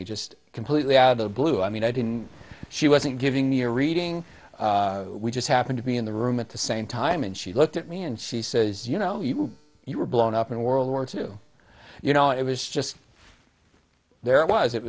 me just completely out of the blue i mean i didn't she wasn't giving me a reading we just happened to be in the room at the same time and she looked at me and she says you know you were blown up in world war two you know it was just there i was it